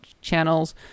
channels